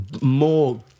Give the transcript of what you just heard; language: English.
more